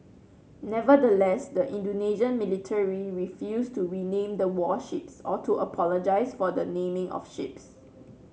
nevertheless the Indonesian military refused to rename the warships or to apologise for the naming of ships